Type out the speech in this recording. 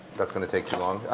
that's going to take too long.